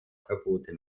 verboten